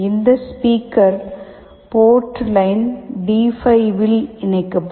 இந்த speaker port line டி5வில் இணைக்கப்படும்